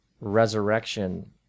resurrection